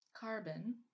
carbon